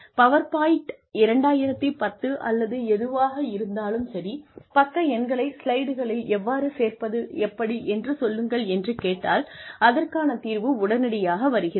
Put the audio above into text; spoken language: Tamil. பவர் பாயிண்ட் 2010 அல்லது எதுவாக இருந்தாலும் சரி பக்க எண்களை ஸ்லைடுகளில் எவ்வாறு சேர்ப்பது எப்படி என்று சொல்லுங்கள் என்று கேட்டால் அதற்கான தீர்வு உடனடியாக வருகிறது